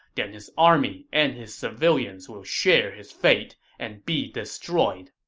then his army and his civilians will share his fate and be destroyed.